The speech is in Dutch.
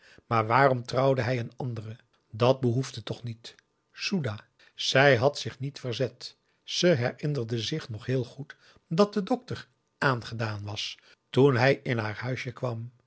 maar waarom trouwde hij een andere dat behoefde toch niet s o e d a h zij had zich niet verzet ze herinnerde zich nog heel goed dat de dokter aangedaan was toen hij in haar huisje kwam